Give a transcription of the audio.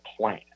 plan